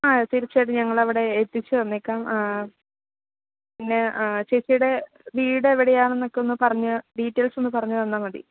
ആ തീർച്ചയായിട്ടും ഞങ്ങളവിടെ എത്തിച്ചു തന്നേക്കാം പിന്നെ ചേച്ചിയുടെ വീട് എവിടെയാണെന്നൊക്കെ ഒന്ന് പറഞ്ഞ് ഡീറ്റെയിൽസൊന്നു പറഞ്ഞുതന്നാല് മതി